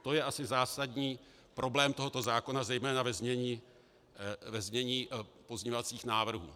To je asi zásadní problém tohoto zákona, zejména ve znění pozměňovacích návrhů.